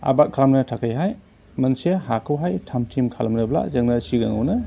आबाद खालामनो थाखायहाय मोनसे हाखौहाय थामथिम खालामनोब्ला जोङो सिगाङावनो